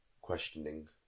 questioning